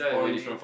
origin